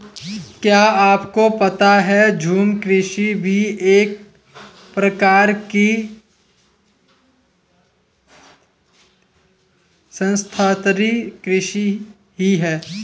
क्या आपको पता है झूम कृषि भी एक प्रकार की स्थानान्तरी कृषि ही है?